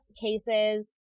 cases